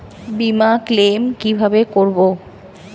বিমা ক্লেম কিভাবে করব?